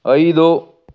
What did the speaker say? ಐದು